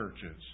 churches